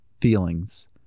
feelings